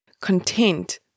content